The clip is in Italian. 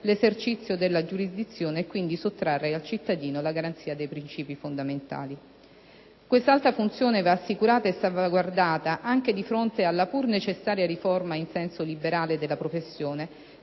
l'esercizio della giurisdizione, e quindi sottrarre al cittadino la garanzia di principi fondamentali. Questa alta funzione va assicurata e salvaguardata anche di fronte alla pur necessaria riforma in senso liberale della professione